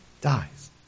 dies